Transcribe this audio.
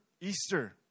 Easter—